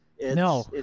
No